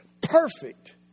Perfect